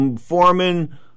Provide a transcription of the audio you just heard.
Foreman